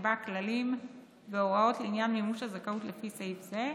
יקבע כללים והוראות לעניין מימוש הזכאות לפי סעיף זה,